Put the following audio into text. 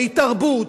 והיא תרבות,